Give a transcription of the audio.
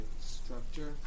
structure